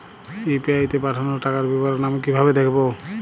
UPI তে পাঠানো টাকার বিবরণ আমি কিভাবে দেখবো?